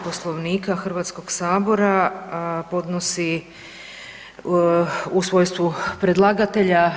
Poslovnika Hrvatskog sabora podnosi u svojstvu predlagatelja.